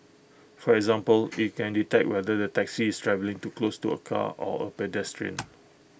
for example IT can detect whether the taxi is travelling too close to A car or A pedestrian